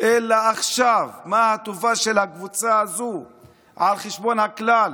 אלא עכשיו, את הטובה של הקבוצה הזו על חשבון הכלל.